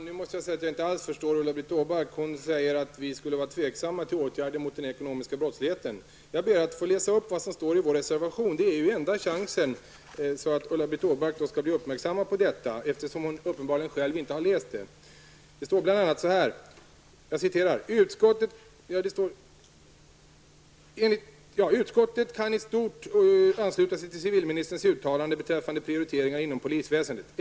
Herr talman! Nu förstår jag inte alls vad Ulla-Britt Åbark menar. Hon säger att vi moderater skulle hysa någon slags tvekan inför att sätta in åtgärder mot den ekonomiska brottsligheten. Jag vill då läsa upp vad som står i vår reservation, eftersom det tydligen är den enda chansen att göra Ulla-Britt Åbark uppmärksammad på vad som faktiskt gäller i det här avseendet. Hon har uppenbarligen inte själv läst vad som står där. ''Utskottet kan i stort ansluta sig till civilministerns uttalande beträffande prioriteringar inom polisväsendet.